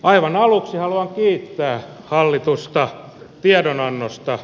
aivan aluksi haluan kiittää hallitusta tiedonannosta